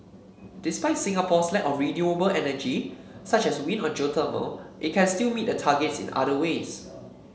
despite Singapore's lack of renewable energy such as wind or geothermal it can still meet the targets in other ways